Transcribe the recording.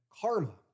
karma